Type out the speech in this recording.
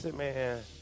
Man